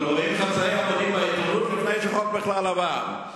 אנחנו רואים חצאי עמודים בעיתונות עוד לפני שהחוק בכלל עבר.